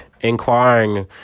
inquiring